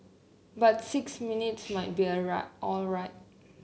but six minutes might be a right alright